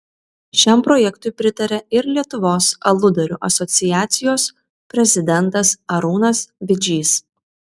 šiam projektui pritaria ir lietuvos aludarių asociacijos prezidentas arūnas vidžys